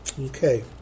Okay